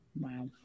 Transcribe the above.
Wow